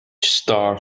star